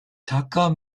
tacker